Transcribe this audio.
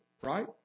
right